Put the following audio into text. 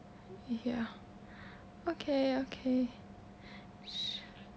ya okay okay